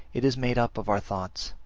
it is made up of our thoughts.